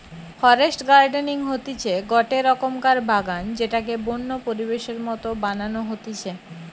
forest gardening হতিছে গটে রকমকার বাগান যেটাকে বন্য পরিবেশের মত বানানো হতিছে